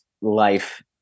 life